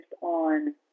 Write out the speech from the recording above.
on